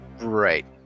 Right